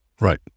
Right